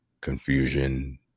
confusion